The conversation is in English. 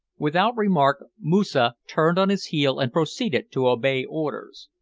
without remark, moosa turned on his heel and proceeded to obey orders.